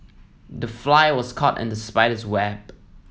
the fly was caught in the spider's web